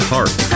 Heart